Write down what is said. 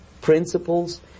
principles